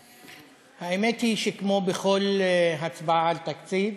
האמת היא שכמו בכל הצבעה על תקציב